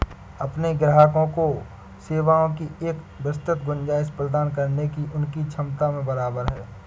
अपने ग्राहकों को सेवाओं की एक विस्तृत गुंजाइश प्रदान करने की उनकी क्षमता में बराबर है